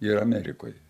ir amerikoj